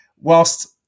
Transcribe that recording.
whilst